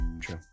True